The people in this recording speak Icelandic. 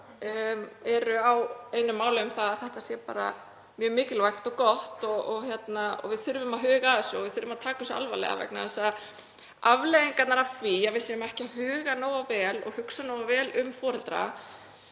eru á einu máli um að það sé bara mjög mikilvægt og gott. Við þurfum að huga að þessu og við þurfum að taka þetta alvarlega vegna þess að afleiðingarnar af því að við hugum ekki nógu vel að þessu og hugsum ekki nógu vel um foreldra